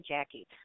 Jackie